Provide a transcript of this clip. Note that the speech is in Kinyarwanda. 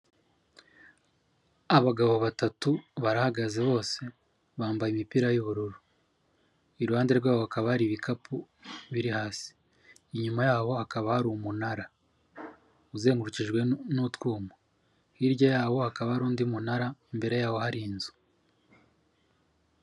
Abagabo batatu barahagaze bose bambaye imipira y'ubururu, iruhande rwabo hakaba hari ibikapu biri hasi, inyuma yabo hakaba hari umunara uzengurukijwe n'utwumo hirya yawo hakaba hari undi munara imbere yawo hari inzu.